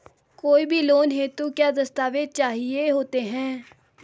कोई भी लोन हेतु क्या दस्तावेज़ चाहिए होते हैं?